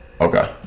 Okay